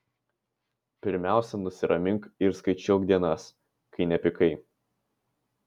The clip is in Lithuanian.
pirmiausia nusiramink ir skaičiuok dienas kai nepykai